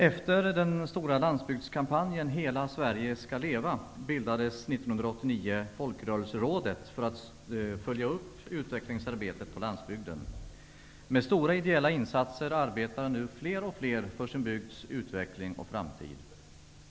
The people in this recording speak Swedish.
Efter den stora landsbygdskampanjen Hela Sverige skall leva bildades 1989 Folkrörelserådet för att följa upp utvecklingsarbetet på landsbygden. Med stora ideella insatser arbetar nu fler och fler för sin bygds utveckling och framtid.